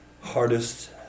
hardest